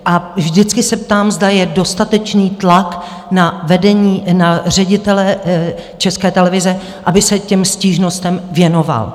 A vždycky se ptám, zda je dostatečný tlak na vedení, na ředitele České televize, aby se těm stížnostem věnoval.